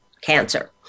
cancer